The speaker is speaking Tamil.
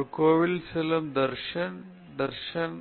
ஒரு கோவிலில் சொல்லும் தர்சன் தர்ஷன்